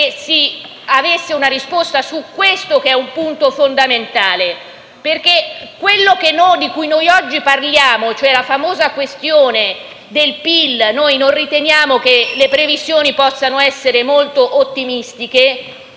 che si avesse una risposta su questo punto fondamentale? Perché quello di cui noi oggi parliamo, cioè la famosa questione del PIL (non riteniamo che le previsioni possano essere molto ottimistiche),